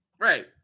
right